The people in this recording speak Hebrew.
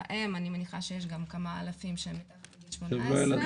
בהם אני מניחה שיש כמה אלפים שהם מתחת לגיל 18,